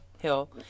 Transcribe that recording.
Hill